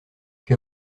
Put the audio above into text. que